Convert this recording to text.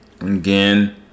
Again